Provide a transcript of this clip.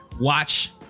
watch